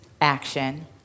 Action